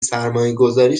سرمایهگذاری